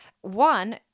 one